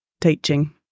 teaching